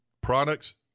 products